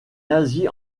nazis